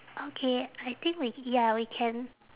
okay I think we ya we can